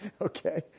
Okay